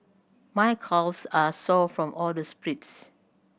my calves are sore from all the sprints